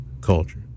culture